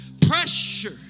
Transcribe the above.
Pressure